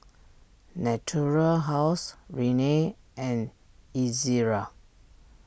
Natura House Rene and Ezerra